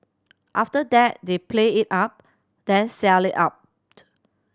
after that they play it up then sell it out